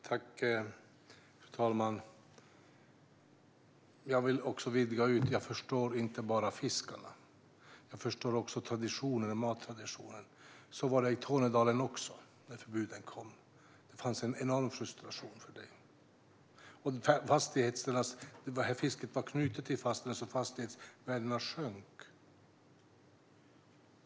Fru talman! Jag vill vidga diskussionen. Jag förstår inte bara fiskarna utan jag förstår också mattraditionen. Så var det också i Tornedalen när förbuden kom. Det fanns en enorm frustration. Fisket var knutet till fastigheterna, och fastigheternas värden sjönk.